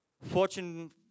Fortune